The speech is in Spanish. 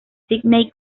sídney